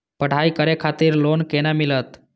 पढ़ाई करे खातिर लोन केना मिलत?